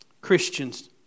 Christians